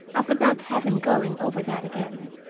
i could not have him going over that again.